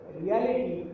reality